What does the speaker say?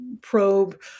probe